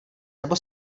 nebo